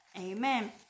Amen